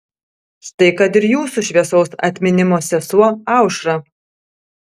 štai kad ir jūsų šviesaus atminimo sesuo aušra